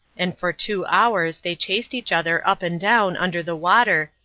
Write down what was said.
and for two hours they chased each other up and down under the water,